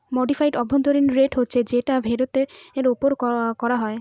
modified অভ্যন্তরীন rate হচ্ছে যেটা ফেরতের ওপর করা হয়